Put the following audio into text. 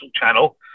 channel